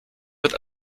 wird